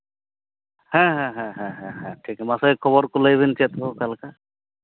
ᱦᱮᱸ ᱦᱮᱸ ᱦᱮᱸ ᱦᱮᱸ ᱴᱷᱤᱠ ᱢᱟᱥᱮ ᱠᱷᱚᱵᱚᱨ ᱠᱚ ᱞᱟᱹᱭ ᱵᱤᱱ ᱪᱮᱫ ᱠᱚ ᱚᱠᱟ ᱞᱮᱠᱟ